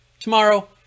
Tomorrow